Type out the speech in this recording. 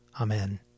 Amen